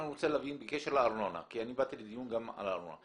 אני רוצה להבין בקשר לארנונה כי אני באתי לדיון גם על הארנונה.